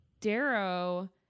Darrow